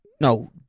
No